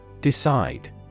Decide